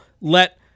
let